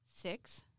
six